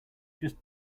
just